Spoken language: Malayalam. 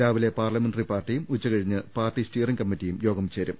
രാവിലെ പാർലമെന്ററി പാർട്ടിയും ഉച്ച കഴിഞ്ഞ് പാർട്ടി സ്റ്റിയ റിഹ് കമ്മിറ്റിയും യോഗം ചേരും